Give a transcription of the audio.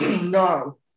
no